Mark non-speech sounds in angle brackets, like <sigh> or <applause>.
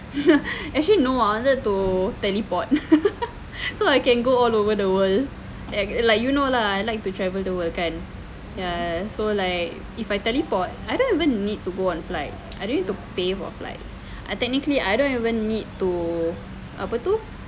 actually no I wanted to teleport <laughs> so I can go all over the world and like you know lah I like to travel the world kan ya so like if I teleport I don't even need to go and flights I don't need to pay for flights and technically I don't even need to apa tu